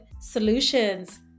Solutions